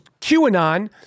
QAnon